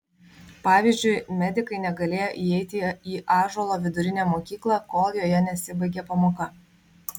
pavyzdžiui medikai negalėjo įeiti į ąžuolo vidurinę mokyklą kol joje nesibaigė pamoka